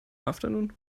afternoon